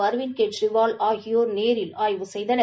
அரவிந்த் கெஜ்ரிவால் ஆகியோர் நேரில் ஆய்வு செய்தனர்